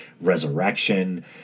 resurrection